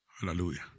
Hallelujah